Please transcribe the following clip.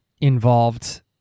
involved